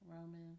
Roman